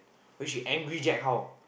but she angry Jack how